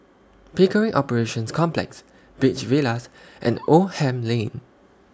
Pickering Operations Complex Beach Villas and Oldham Lane